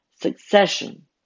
succession